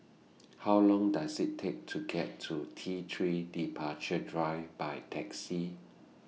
How Long Does IT Take to get to T three Departure Drive By Taxi